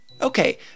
Okay